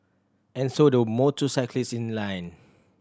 and so the motorcyclist in line